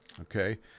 okay